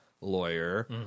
lawyer